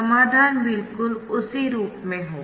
समाधान बिल्कुल उसी रूप में होगा